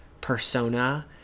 persona